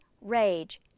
rage